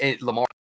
Lamar